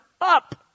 up